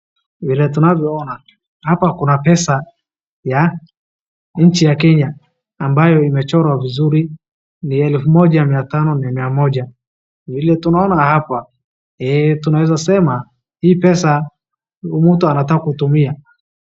vile tunanyo ona hapa, kuna pesa ya nchi ya kenya ambayo imechorwa vizuri , ni elfu moja mia tano na mia moja .Vile tunaona hapa tunaeza sema hii pesa mtu anataka kutumia